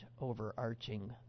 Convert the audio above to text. overarching